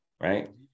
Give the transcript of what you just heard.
right